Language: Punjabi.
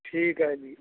ਠੀਕ ਹੈ ਜੀ